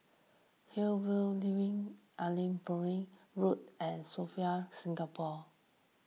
Hillview Link Allanbrooke Road and Sofitel Singapore